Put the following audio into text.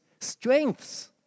strengths